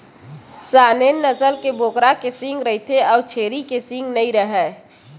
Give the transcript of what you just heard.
Saanen नसल के बोकरा के सींग रहिथे अउ छेरी के सींग नइ राहय